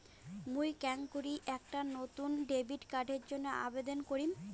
মুই কেঙকরি একটা নতুন ডেবিট কার্ডের জন্য আবেদন করিম?